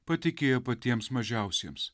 patikėjo patiems mažiausiems